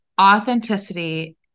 authenticity